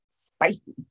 spicy